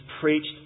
preached